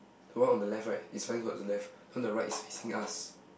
the one on left right is flying towards the left on the right is facing us